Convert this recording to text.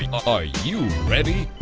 are you ready?